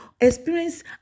experience